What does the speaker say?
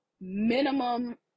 minimum